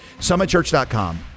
summitchurch.com